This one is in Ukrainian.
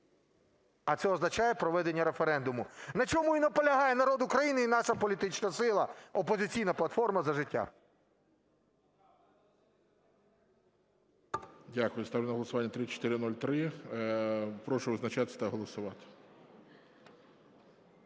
а це означає проведення референдуму, на чому й наполягає народ України і наша політична сила "Опозиційна платформа – За життя". ГОЛОВУЮЧИЙ. Дякую. Ставлю на голосування 3403. Прошу визначатися та голосувати.